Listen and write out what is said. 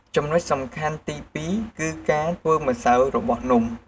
ចំនុចសំខាន់ទីពីរ គឺការធ្វើម្សៅរបស់នំ។